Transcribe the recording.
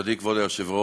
נכבדי כבוד היושב-ראש,